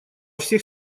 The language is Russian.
всех